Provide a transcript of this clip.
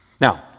Now